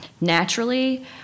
naturally